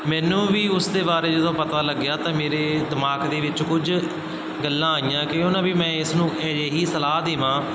ਮੈਨੂੰ ਵੀ ਉਸ ਦੇ ਬਾਰੇ ਜਦੋਂ ਪਤਾ ਲੱਗਿਆ ਤਾਂ ਮੇਰੇ ਦਿਮਾਗ ਦੇ ਵਿੱਚ ਕੁਝ ਗੱਲਾਂ ਆਈਆਂ ਕਿਉਂ ਨਾ ਵੀ ਮੈਂ ਇਸ ਨੂੰ ਅਜਿਹੀ ਸਲਾਹ ਦੇਵਾਂ